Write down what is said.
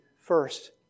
first